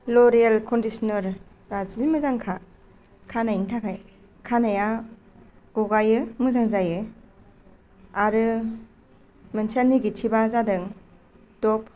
L'Oréal कनडिसनारआ जि मोजांखा खानायनि थाखाय खानाया गगायो मोजां जायो आरो मोनसे नेगेटिभआ जादों दभ